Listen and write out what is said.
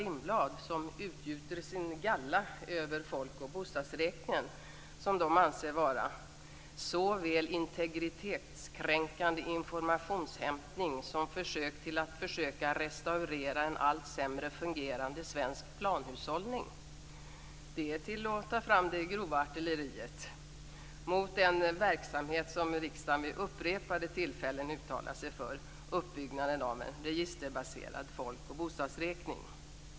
Lindblad, utgjuter sin galla över folk och bostadsräkningen, som de anser vara såväl "integritetskränkande informationshämtning" som försök att "restaurera en allt sämre fungerande svensk planhushållning". Det är till att ta fram det grova artilleriet - detta mot en verksamhet som riksdagen vid upprepade tillfällen uttalat sig för, dvs. uppbyggnaden av en registerbaserad folk och bostadsräkning.